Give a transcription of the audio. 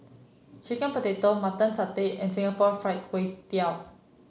Chicken Pocket Mutton Satay and Singapore Fried Kway Tiao